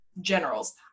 generals